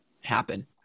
happen